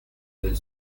del